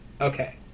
Okay